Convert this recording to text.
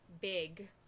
big